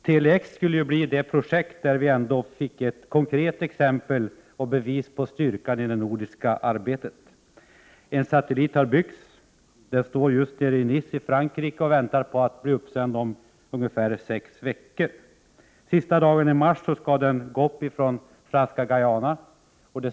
Tele-X skulle bli ett projekt där vi ändå fick ett konkret exempel och bevis på styrkan i det nordiska samarbetet. En satellit har byggts. Den står just nu i Nice i Frankrike och väntar på att bli uppsänd om sex veckor. Sista mars skall den upp från franska Guayana.